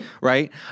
right